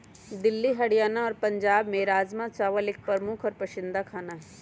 दिल्ली हरियाणा और पंजाब में राजमा चावल एक प्रमुख और पसंदीदा खाना हई